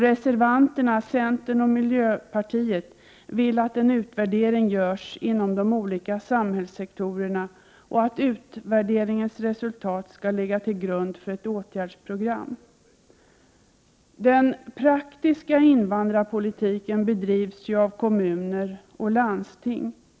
Reservanterna, centern och miljöpartiet, vill att en utvärdering görs inom de olika samhällssektorerna, och att utvärderingens resultat skall ligga till grund för ett åtgärdsprogram. Den praktiska invandrarpolitiken bedrivs av kommuner och landsting. De flesta Prot.